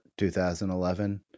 2011